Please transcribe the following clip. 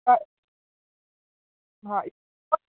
ಹಾಂ ಹಾಂ